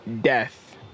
death